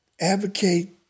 advocate